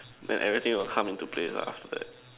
then everything will come into place ah after that